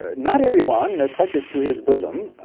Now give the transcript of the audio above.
ah not everyone ah clutches to his bosom,